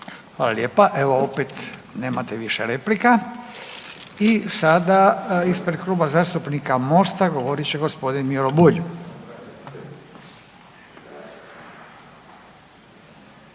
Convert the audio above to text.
Hvala lijepa. Evo opet, nemate više replika. I sada ispred Kluba zastupnika Mosta govorit će gospodin Miro Bulj.